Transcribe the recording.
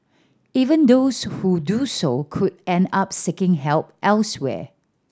even those who do so could end up seeking help elsewhere